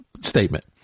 statement